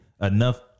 enough